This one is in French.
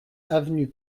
avenue